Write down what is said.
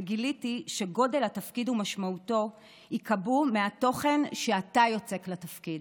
וגיליתי שגודל התפקיד ומשמעותו ייקבעו מהתוכן שאתה יוצק לתפקיד.